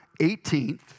18th